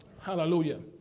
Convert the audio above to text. Hallelujah